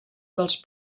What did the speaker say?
dels